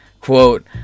Quote